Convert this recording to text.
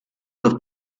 dos